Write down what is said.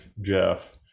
Jeff